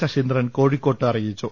ശശീ ന്ദ്രൻ കോഴിക്കോട്ട് അറിയിച്ചു